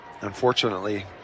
unfortunately